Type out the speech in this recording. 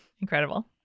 Incredible